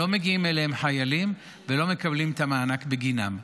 לא מגיעים אליהם חיילים ולא מקבלים את המענק בגינם.